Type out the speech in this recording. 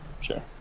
sure